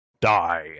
Die